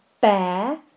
bear